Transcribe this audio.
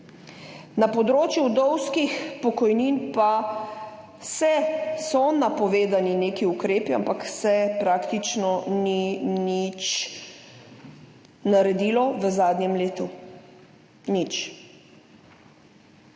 Na področju vdovskih pokojnin pa se, so napovedani neki ukrepi, ampak se praktično ni nič naredilo, v zadnjem letu nič.